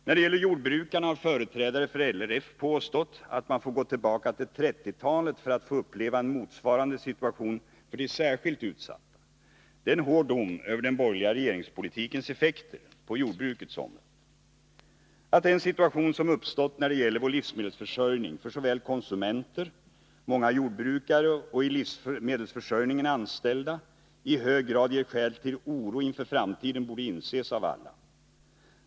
När det gäller jordbrukarna har företrädare för LRF påstått att man får gå tillbaka till 1930-talet för att få uppleva en motsvarande situation för de särskilt utsatta. Det är en hård dom över den borgerliga regeringspolitikens effekter på jordbrukets område. Att den situation som uppstått när det gäller vår livsmedelsförsörjning för såväl konsumenter som många jordbrukare och i livsmedelsförsörjningen anställda i hög grad ger skäl till oro inför framtiden borde inses av alla.